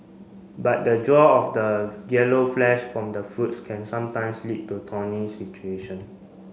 but the draw of the yellow flesh from the fruits can sometimes lead to thorny situation